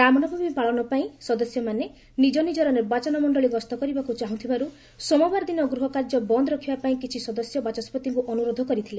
ରାମ ନବମୀ ପାଳନପାଇଁ ସଦସ୍ୟମାନେ ନିଜ ନିଜର ନିର୍ବାଚନ ମଣ୍ଡଳୀ ଗସ୍ତ କରିବାକୁ ଚାହୁଁଥିବାରୁ ସୋମବାର ଦିନ ଗୃହ କାର୍ଯ୍ୟ ବନ୍ଦ୍ ରଖିବାପାଇଁ କିଛି ସଦସ୍ୟ ବାଚସ୍କତିଙ୍କୁ ଅନୁରୋଧ କରିଥିଲେ